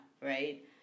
right